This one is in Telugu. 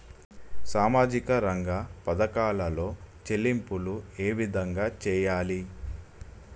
సామాజిక రంగ పథకాలలో చెల్లింపులు ఏ విధంగా చేయాలి?